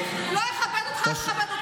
כי אני אחלק לך.